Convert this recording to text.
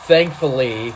Thankfully